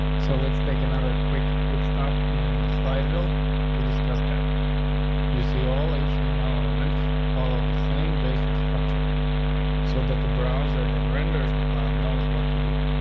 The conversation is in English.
so let's take another quick pit stop in the slide will to discuss that you see all h t m l elements follow the same basic structure so that the browser that renders the file knows what to do.